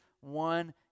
one